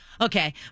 Okay